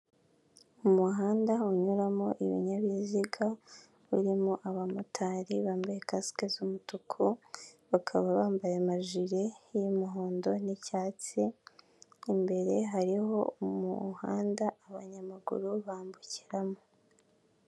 Umuhanda unyuramo ibinyabiziga birimo abamotari bambaye kasike z'umutuku bakaba bambaye amajire y'umuhondo n'icyatsi imbere hariho umuhanda abanyamaguru bambukiramo.